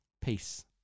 Peace